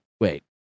Wait